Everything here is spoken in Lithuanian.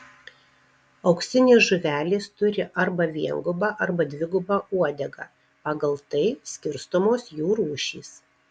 auksinės žuvelės turi arba viengubą arba dvigubą uodegą pagal tai skirstomos jų rūšys